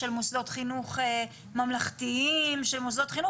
של מוסדות חינוך ממלכתיים של מוסדות חינוך